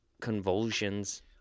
convulsions